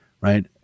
Right